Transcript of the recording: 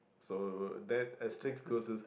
so that asterics goes to